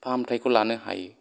फाहामथायखौ लानो हायो